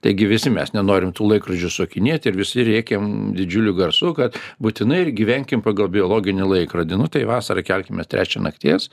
taigi visi mes nenorim tų laikrodžių sukinėt ir visi rėkiam didžiuliu garsu kad būtinai ir gyvenkim pagal biologinį laikrodį nu tai vasarą kelkimės trečią nakties